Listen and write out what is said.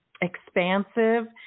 expansive